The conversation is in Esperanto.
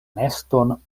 neston